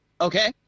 Okay